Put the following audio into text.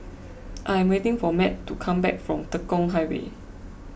I am waiting for Mat to come back from Tekong Highway